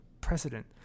precedent